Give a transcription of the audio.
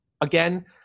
again